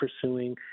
pursuing